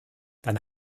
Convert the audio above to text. dann